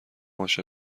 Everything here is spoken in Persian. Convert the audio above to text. عاشق